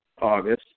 August